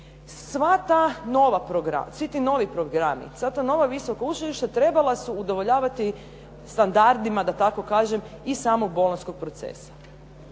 studentskih programa. Svi ti novi programi, sva ta nova visoka učilišta trebala su udovoljavati standardima da tako kažem i samog Bolonjskog procesa.